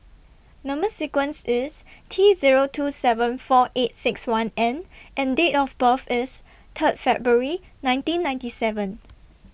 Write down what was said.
Number sequence IS T Zero two seven four eight six one N and Date of birth IS Third February nineteen ninety seven